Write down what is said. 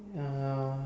uh